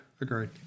agreed